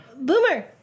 Boomer